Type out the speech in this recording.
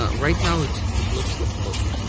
ah right now it looks like oh.